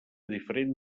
diferent